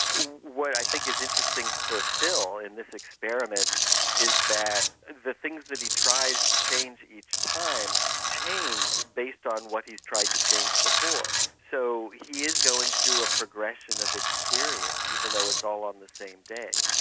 what i think is interesting for phil in this experiment is that the things that he tries to change each time change based on what he has tried to change before. so he is going through a progression of experience, even though it's all on the same day.